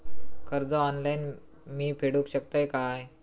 कर्ज ऑनलाइन मी फेडूक शकतय काय?